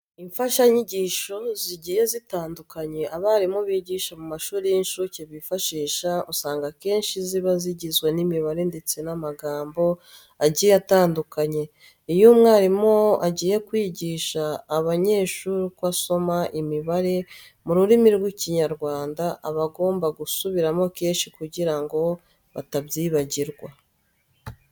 Imfashanyigisho zigiye zitandukanye abarimu bigisha mu mashuri y'incuke bifashisha usanga akenshi ziba zigizwe n'imibare ndetse n'amagambo agiye atandukanye. Iyo umwarimu agiye kwigisha abanyeshuri uko basoma imibare mu rurimi rw'Ikinyarwanda, aba agomba gusubiramo kenshi kugira ngo batabyibagirwa.